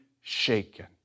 shaken